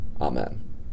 Amen